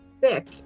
thick